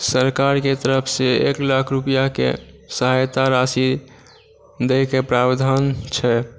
सरकारके तरफ से एक लाख रुपआके सहायता राशि दैके प्रावधान छै